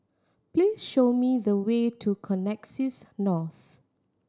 please show me the way to Connexis North